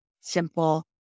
simple